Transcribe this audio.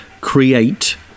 create